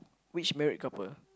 which married couple